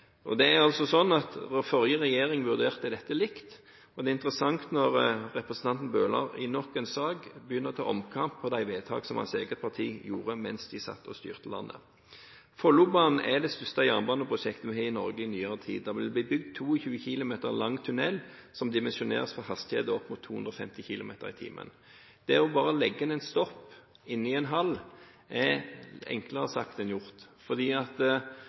forrige regjeringen vurderte dette likedan, og det er interessant når representanten Bøhler i nok en sak begynner å ta omkamp på de vedtakene som hans eget parti fattet mens de satt og styrte landet. Follobanen er det største jernbaneprosjektet i Norge i nyere tid. Det vil bli bygd en 22 km lang tunnel, som dimensjoneres for hastigheter opp mot 250 km/t. Det å legge til et stopp inni en hall er enklere sagt enn gjort, for området er ikke regulert for jernbanestasjon i dag. Det betyr at